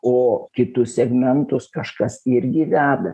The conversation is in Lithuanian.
o kitus segmentus kažkas irgi deda